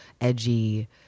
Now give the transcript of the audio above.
edgy